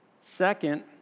Second